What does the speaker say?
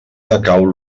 decau